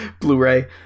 Blu-ray